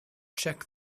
check